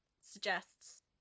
suggests